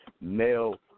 male